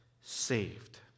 saved